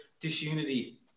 disunity